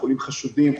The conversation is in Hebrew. חולים חשודים,